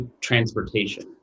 transportation